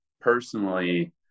personally